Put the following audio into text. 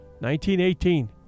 1918